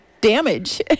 damage